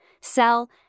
sell